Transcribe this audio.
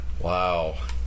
Wow